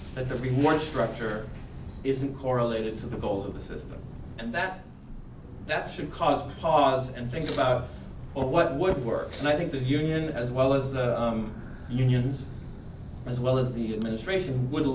everyone structure isn't correlated to the goal of the system and that that should cause pause and think about what would work and i think the union as well as the unions as well as the administration would